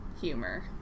humor